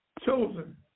chosen